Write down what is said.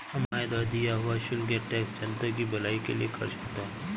हमारे द्वारा दिया हुआ शुल्क या टैक्स जनता की भलाई के लिए खर्च होता है